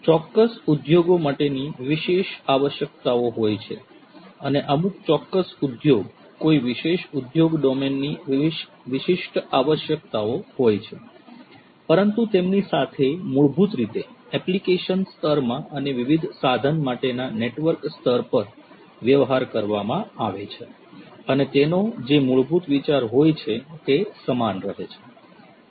ચોક્કસ ઉદ્યોગો માટેની વિશેષ આવશ્યકતાઓ હોય છે અને અમુક ચોક્કસ ઉદ્યોગ કોઈ વિશેષ ઉદ્યોગ ડોમેનની વિશિષ્ટ આવશ્યકતાઓ હોય છે પરંતુ તેમની સાથે મૂળભૂત રીતે એપ્લિકેશન સ્તરમાં અને વિવિધ સાધન ડિવાઇસ માટેના નેટવર્ક સ્તર પર વ્યવહાર કરવામાં આવે છે અને તેનો જે મૂળભૂત વિચાર હોય છે તે સમાન રહે છે